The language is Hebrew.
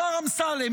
השר אמסלם.